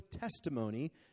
testimony